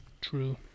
True